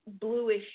bluish